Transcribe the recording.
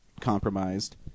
compromised